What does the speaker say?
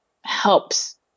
helps